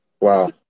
Wow